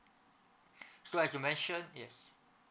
so as I mentioned yes